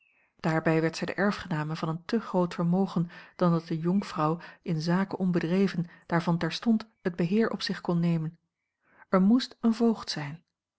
daarbij werd zij de erfgename van een te groot vermogen dan dat eene jonkvrouw in zaken onbedreven daarvan terstond het beheer op zich kon nemen er moest een voogd zijn